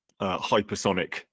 hypersonic